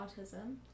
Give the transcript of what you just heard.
autism